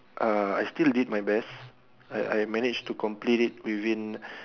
uh I still did my best I I managed to complete it within